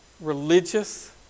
religious